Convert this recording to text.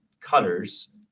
cutters